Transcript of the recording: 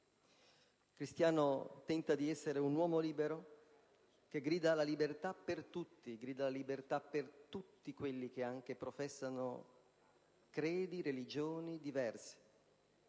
Il cristiano tenta di essere un uomo libero che grida la libertà per tutti, anche per quelli che professano credi e religioni diverse,